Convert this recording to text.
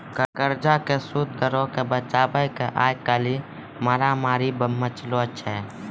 कर्जा के सूद दरो के बचाबै के आइ काल्हि मारामारी मचलो छै